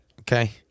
Okay